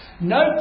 No